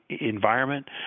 environment